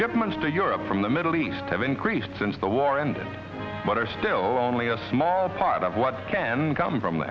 shipments to europe from the middle east have increased since the war ended but are still only a small part of what can come from